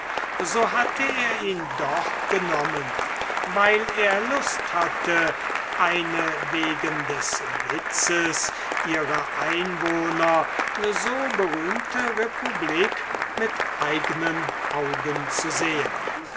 so hatte er ihn doch genommem weil er lust hatte eine wegen des witzes ihrer einwohner so berühmte republik mit eignen augen zu sehen